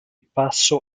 passo